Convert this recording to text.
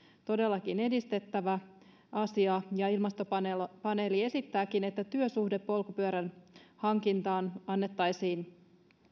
todellakin edistettävä asia ilmastopaneeli esittääkin että työsuhdepolkupyörän hankintaan annettaisiin